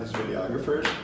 videographers.